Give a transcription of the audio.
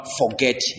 forget